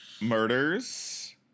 murders